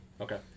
Okay